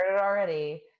already